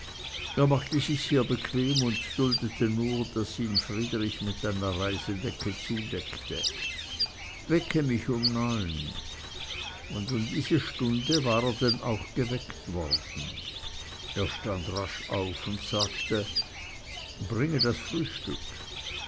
er machte sich's hier bequem und duldete nur daß ihn friedrich mit einer reisedecke zudeckte wecke mich um neun und um diese stunde war er denn auch geweckt worden er stand rasch auf und sagte bring das frühstück